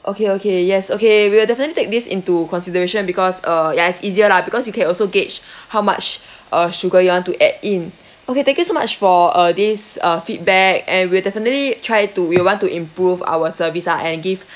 okay okay yes okay we'll definitely take this into consideration because uh ya it's easier lah because you can also gauge how much uh sugar you want to add in okay thank you so much for uh this uh feedback and we'll definitely try to we'll want to improve our service lah and give